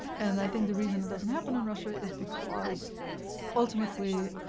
and i think the reason it doesn't happen in russia is because ultimately,